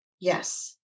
Yes